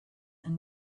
and